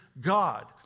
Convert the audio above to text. God